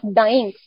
dying